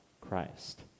Christ